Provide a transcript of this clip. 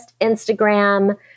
Instagram